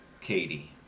Katie